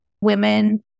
women